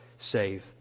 save